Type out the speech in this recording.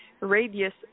radius